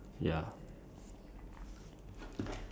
I'm left with wait let me see